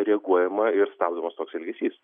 reaguojama ir stabdomas toks elgesys